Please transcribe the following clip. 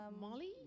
Molly